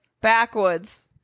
Backwoods